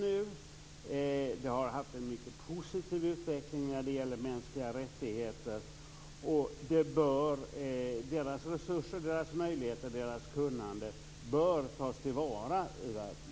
Landet har haft en mycket positiv utveckling när det gäller mänskliga rättigheter, och dess resurser, möjligheter och kunnande bör tas till vara i världen.